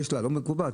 לא מקובעת,